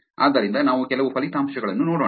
ಆದ್ದರಿಂದ ನಾವು ಕೆಲವು ಫಲಿತಾಂಶಗಳನ್ನು ನೋಡೋಣ